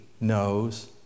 knows